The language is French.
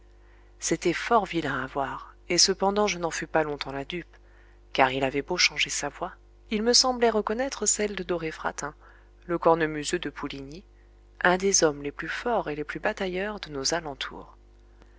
c'était fort vilain à voir et cependant je n'en fus pas longtemps la dupe car il avait beau changer sa voix il me semblait reconnaître celle de doré fratin le cornemuseux de pouligny un des hommes les plus forts et les plus batailleurs de nos alentours